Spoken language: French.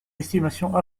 estimations